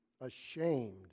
ashamed